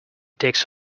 takes